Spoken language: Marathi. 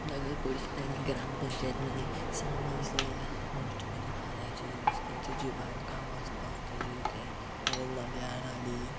नगरपरिषद आणि ग्रामपंचायत म्हणे साम्म असलेल्या गोष्टीमध्ये पाण्याचे रस्त्याचे जे बांधकाम असतं तर जे काही नद्या नाली